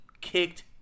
kicked